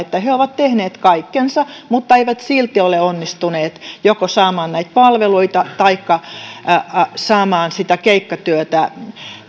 että he ovat tehneet kaikkensa mutta eivät silti ole onnistuneet joko saamaan näitä palveluita taikka saamaan sitä keikkatyötä